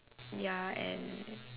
ya and